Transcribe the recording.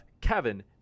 kevin